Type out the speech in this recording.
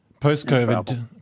Post-COVID